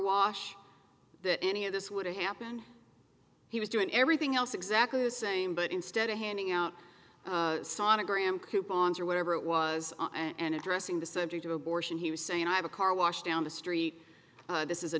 wash that any of this would have happened he was doing everything else exactly the same but instead of handing out sonogram coupons or whatever it was and addressing the subject of abortion he was saying i have a car wash down the street this is a